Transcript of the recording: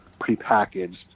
prepackaged